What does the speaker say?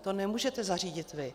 To nemůžete zařídit vy.